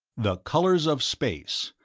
the colors of space,